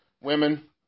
women